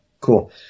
Cool